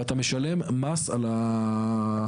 ואתה משלם מס על החלק הזה.